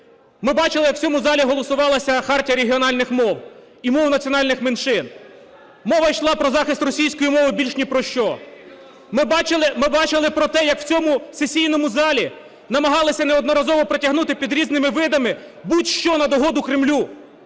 Ми бачили, як в цьому залі голосувалася Хартія регіональних мов і мов національних меншин. Мова йшла про захист російської мови – більш ні про що. Ми бачили про те, як в цьому сесійному залі намагалися неодноразово протягнути під різними видами будь-що на догоду Кремлю.